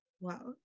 Wow